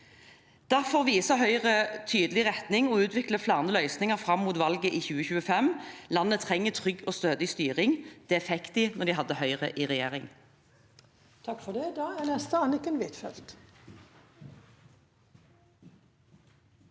Derfor viser Høyre en tydelig retning og utvikler flere løsninger fram mot valget i 2025. Landet trenger trygg og stødig styring – det fikk en da Høyre satt i regjering.